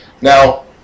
Now